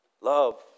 Love